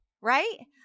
right